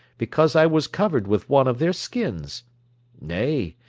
because i was covered with one of their skins nay,